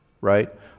right